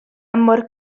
mor